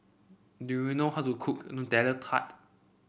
do you know how to cook Nutella Tart